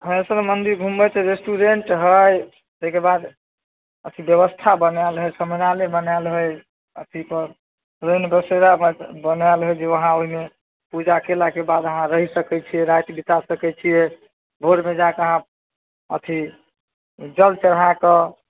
वैष्णो मन्दिर घुमबै तऽ रेस्टोरेन्ट हइ ताहिके बाद अथी बेबस्था बनाएल हइ समिनालय बनाएल हइ अथीपर रैनबसेरा बनाएल हइ जाहिमे पूजा कएलाके बाद अहाँ रहि सकै छी राति बिता सकै छिए भोरमे जाकऽ अहाँ अथी जल चढ़ाकऽ